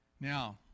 Now